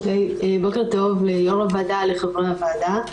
בוקר טוב ליו"ר הוועדה, לחברי הוועדה.